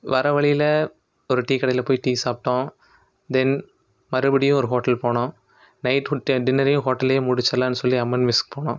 வர வழியில ஒரு டீ கடையில் போய் டீ சாப்பிட்டோம் தென் மறுபடியும் ஒரு ஹோட்டல் போனோம் நைட் ஒரு ட டின்னரையும் ஹோட்டல்லயே முடிச்சிடலான்னு சொல்லி அம்மன் மெஸ் போனோம்